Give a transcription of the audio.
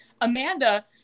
Amanda